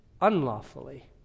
unlawfully